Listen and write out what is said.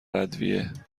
ادویه